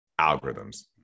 algorithms